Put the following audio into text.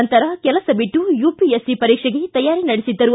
ನಂತರ ಕೆಲಸ ಬಿಟ್ಟು ಯುಪಿಎಸ್ಸಿ ಪರೀಕ್ಷೆಗೆ ತಯಾರಿ ನಡೆಸಿದ್ದರು